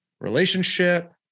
Relationship